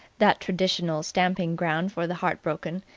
that traditional stamping-ground for the heartbroken,